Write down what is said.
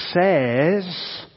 says